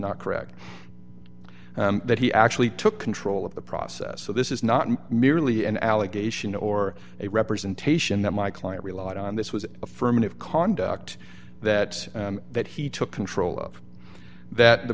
not correct and that he actually took control of the process so this is not merely an allegation or a representation that my client relied on this was affirmative conduct that that he took control of that the